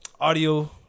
audio